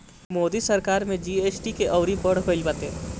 मोदी सरकार में जी.एस.टी के अउरी बढ़ गईल बाटे